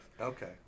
Okay